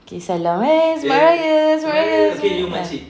okay salam hey selamat hari raya selamat hari raya